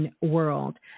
world